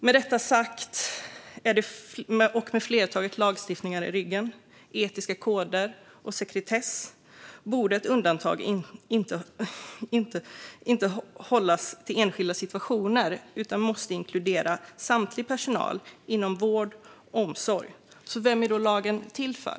Med ett flertal lagstiftningar i ryggen, etiska koder och sekretess borde undantag inte gälla enskilda situationer utan inkludera samtlig personal inom vård och omsorg. Vem är lagen till för?